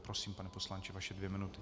Prosím, pane poslanče, vaše dvě minuty.